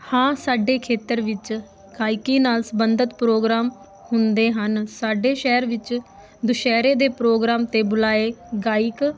ਹਾਂ ਸਾਡੇ ਖੇਤਰ ਵਿੱਚ ਗਾਇਕੀ ਨਾਲ ਸੰਬੰਧਿਤ ਪ੍ਰੋਗਰਾਮ ਹੁੰਦੇ ਹਨ ਸਾਡੇ ਸ਼ਹਿਰ ਵਿੱਚ ਦੁਸਹਿਰੇ ਦੇ ਪ੍ਰੋਗਰਾਮ 'ਤੇ ਬੁਲਾਏ ਗਾਇਕ